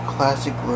Classic